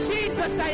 Jesus